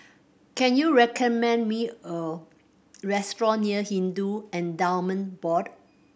can you recommend me a restaurant near Hindu Endowment Board